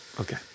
Okay